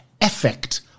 Effect